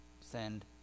send